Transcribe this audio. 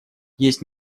есть